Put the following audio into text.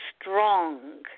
strong